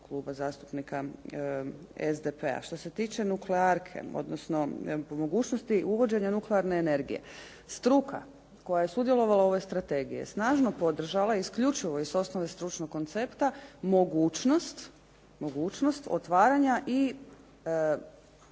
Kluba zastupnika SDP-a. Što se tiče nuklearke, odnosno mogućnosti uvođenja nuklearne energije, struka koja je sudjelovala u ovoj Strategiji je snažno podržala isključivo iz osnove stručnog koncepta mogućnost otvaranja i nuklearke,